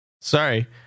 Sorry